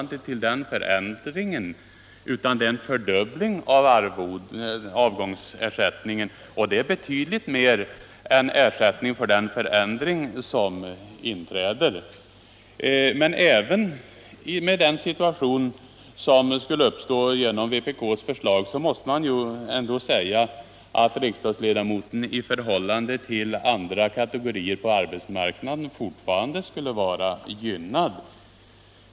Det blir enligt förslaget en fördubbling av avgångsersättningen och det är betydligt mer än ersättning för den förändring som inträder. Även med den situation som skulle uppstå genom ett bifall till vpk:s förslag måste man säga att riksdagsledamoten fortfarande skulle vara gynnad i förhållande till andra kategorier på arbetsmarknaden.